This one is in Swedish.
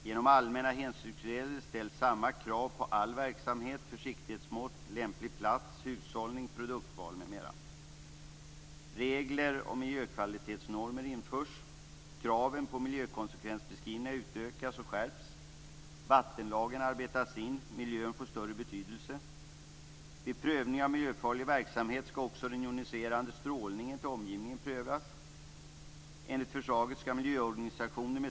Genom allmänna hänsynsregler ställs samma krav på all verksamhet - Regler och miljökvalitetsnormer införs. Kraven på miljökonsekvensbeskrivningar utökas och skärps. Vattenlagen arbetas in. Miljön får större betydelse. Vid prövning av miljöfarlig verksamhet skall också den joniserande strålningen till omgivningen prövas.